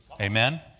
Amen